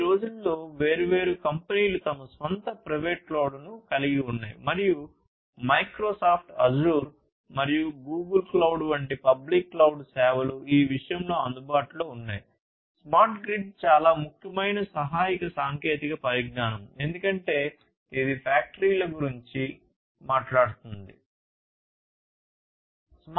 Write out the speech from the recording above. ఈ రోజుల్లో వేర్వేరు కంపెనీలు తమ స్వంత ప్రైవేట్ క్లౌడ్ను కలిగి ఉన్నాయి మరియు మైక్రోసాఫ్ట్ అజూర్ మరియు గూగుల్ క్లౌడ్ వంటి పబ్లిక్ క్లౌడ్ సేవలు ఈ విషయాలన్నీ అందుబాటులో ఉన్నాయి స్మార్ట్ గ్రిడ్ చాలా ముఖ్యమైన సహాయక సాంకేతిక పరిజ్ఞానం ఎందుకంటే ఇది ఫ్యాక్టరీల గురించి మాట్లాడుతుoది